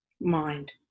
mind